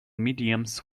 mediums